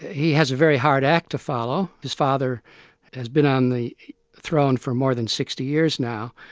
he has a very hard act to follow, his father has been on the throne for more than sixty years now,